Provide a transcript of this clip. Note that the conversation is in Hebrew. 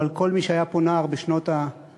אבל כל מי שהיה פה נער בשנות ה-70,